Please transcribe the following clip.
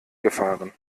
gefahren